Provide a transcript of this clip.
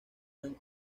ann